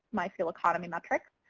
my fuel economy metrics,